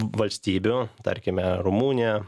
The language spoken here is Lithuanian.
valstybių tarkime rumunija